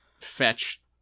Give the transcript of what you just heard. fetch